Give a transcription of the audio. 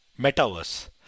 metaverse